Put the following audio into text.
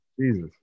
Jesus